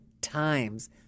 times